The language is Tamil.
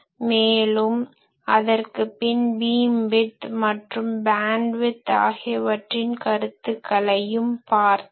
மேலும் அதற்கு பின் பீம் விட்த் மற்றும் பேன்ட் விட்த் ஆகியவற்றின் கருத்துகளை பார்த்தோம்